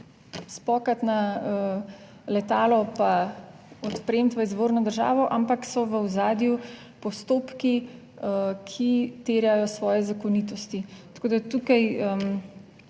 spokati na letalo pa odpremiti v izvorno državo, ampak so v ozadju postopki, ki terjajo svoje zakonitosti. Tako, da tukaj